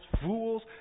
fools